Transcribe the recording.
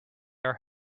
are